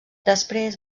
després